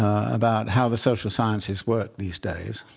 about how the social sciences work these days.